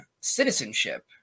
citizenship